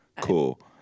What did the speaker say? Cool